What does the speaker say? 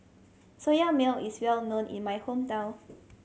Soya Milk is well known in my hometown